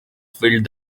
filled